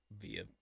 via